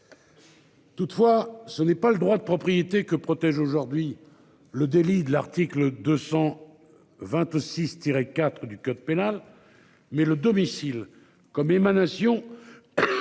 Toutefois, ce n'est pas le droit de propriété que protège aujourd'hui le délit de l'article 226 IV du code pénal. Mais le domicile comme émanation.